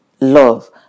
love